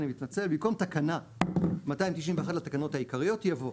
במקום תקנה 291 לתקנות העיקריות יבוא: